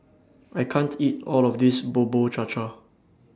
I can't eat All of This Bubur Cha Cha